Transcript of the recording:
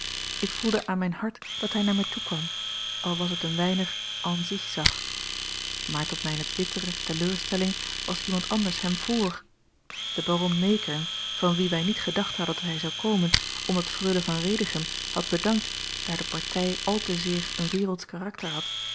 ik voelde aan mijn hart dat hij naar mij toekwam al was a l g bosboom-toussaint langs een omweg het een weinig en zig-zag maar tot mijne bittere teleurstelling was iemand anders hem vr de baron meekern van wien wij niet gedacht hadden dat hij zou komen omdat freule van redichem had bedankt daar de partij al te zeer een wereldsch karakter had